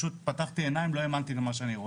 פתחתי עיניים ולא האמנתי למה שאני רואה,